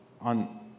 on